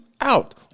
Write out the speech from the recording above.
out